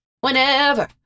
whenever